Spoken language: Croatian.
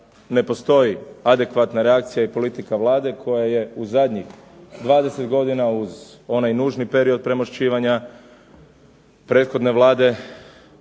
ne postoji adekvatna reakcija i politika Vlade koja je u zadnjih 20 godina uz onaj nužni period premošćivanja prethodne Vlade na